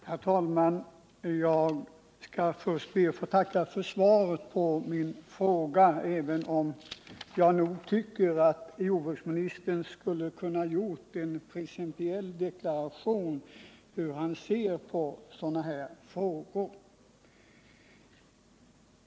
Herr talman! Jag skall först be att få tacka för svaret på min fråga, även om jag nog tycker att jordbruksministern kunde ha gjort en principiell deklaration om hur han ser på sådana här frågor.